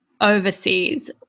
overseas